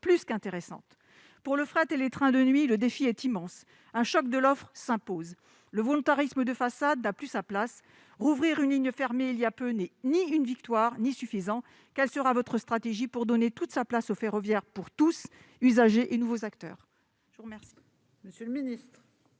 plus qu'intéressante pour le fret et les trains de nuit, le défi est immense, un choc de l'offre s'impose le volontarisme de façade n'a plus sa place, ouvrir une ligne fermée il y a peu, n'est ni une victoire ni suffisant, quelle sera votre stratégie pour donner toute sa place au ferroviaire pour tous usager et nouveaux acteurs,